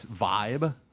vibe